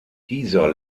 dieser